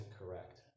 correct